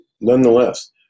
Nonetheless